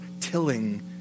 tilling